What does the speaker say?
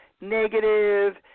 Negative